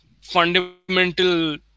fundamental